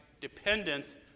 dependence